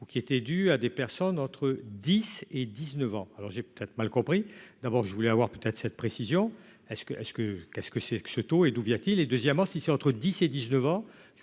ou qui étaient dues à des personnes entre 10 et 19 ans, alors j'ai peut-être mal compris, d'abord, je voulais avoir peut-être cette précision est-ce que est-ce que qu'est-ce que c'est que ce taux est où via-t-il et deuxièmement si c'est entre 10 et 19 ans